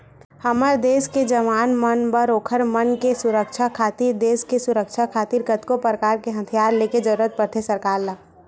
हमर देस के जवान मन बर ओखर मन के सुरक्छा खातिर देस के सुरक्छा खातिर कतको परकार के हथियार ले के जरुरत पड़थे सरकार ल